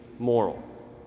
moral